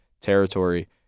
territory